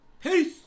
Peace